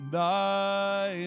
thy